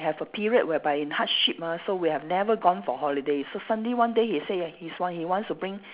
have a period whereby in hardship ah so we have never gone for holiday so Sunday one day he say he's want he wants to bring